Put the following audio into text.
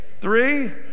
three